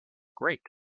great